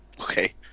Okay